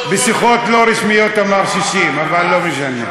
בשיחות לא רשמיות הוא אמר 60, אבל לא משנה.